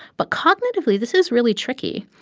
but cognitively, this is really tricky.